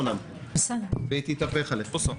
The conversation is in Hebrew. והיא תתהפך עליכם,